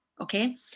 Okay